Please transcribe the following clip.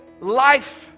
life